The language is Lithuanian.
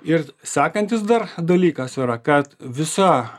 ir sekantis dar dalyks yra kad visa